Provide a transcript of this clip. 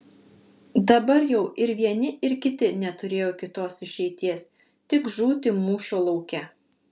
dabar jau ir vieni ir kiti neturėjo kitos išeities tik žūti mūšio lauke